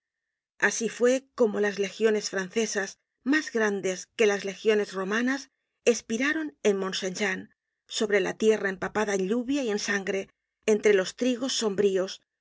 asi fue como las legiones francesas mas grandes que las legiones romanas espiraron en montsaint jean sobre la tierra empapada en lluvia y en sangre entre los trigos sombríos